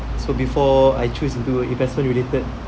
so before I choose to do investment related